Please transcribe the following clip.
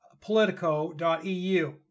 politico.eu